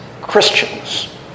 Christians